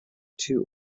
two